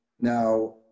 now